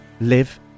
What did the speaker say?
live